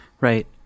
Right